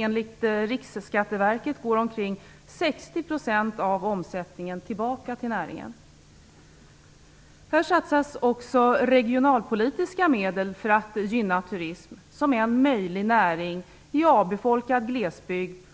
Enligt Riksskatteverket går omkring 60 % av omsättningen tillbaka till näringen. Det satsas också regionalpolitiska medel för att gynna turism som en möjlig näring i avbefolkad glesbygd.